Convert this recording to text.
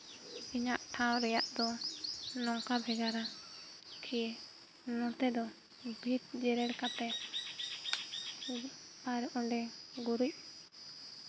ᱤᱧᱟᱹᱜ ᱴᱷᱟᱶ ᱨᱮᱭᱟᱜ ᱫᱚ ᱱᱚᱝᱠᱟ ᱵᱷᱮᱜᱟᱨᱟ ᱠᱤ ᱱᱚᱛᱮ ᱫᱚ ᱵᱷᱤᱛ ᱡᱮᱨᱮᱲ ᱠᱟᱛᱮᱫ ᱟᱨ ᱚᱸᱰᱮ ᱜᱩᱨᱤᱡ